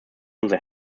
unsere